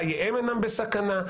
חייהם אינם בסכנה,